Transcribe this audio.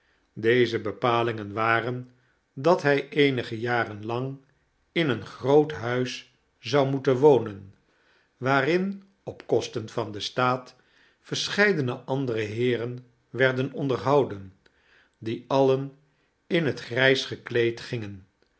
deze bepalingen waren dat hij eenige jaren lang in een groot huis zou moeten wonen waarin op kosten van den staat verscheidene andere heeren werden onderhouden die alien in het grijs gekleed gingen